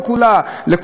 בכל התשתיות האלה,